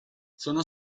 sono